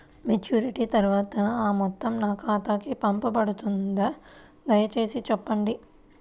Maturity తర్వాత ఆ మొత్తం నా ఖాతాకు పంపబడుతుందా? దయచేసి చెప్పండి?